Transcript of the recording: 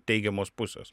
teigiamos pusės